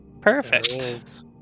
perfect